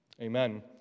Amen